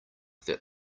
that